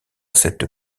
cette